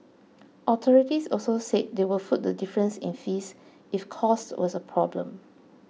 authorities also said they would foot the difference in fees if cost was a problem